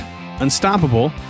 Unstoppable